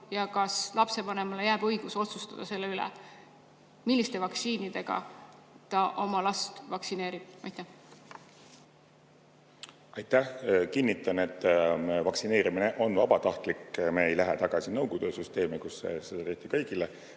ja kas lapsevanemale jääb õigus otsustada selle üle, milliste vaktsiinidega ta laseb oma last vaktsineerida. Aitäh! Kinnitan, et vaktsineerimine on vabatahtlik. Me ei lähe tagasi Nõukogude süsteemi, kus seda tehti kõigile.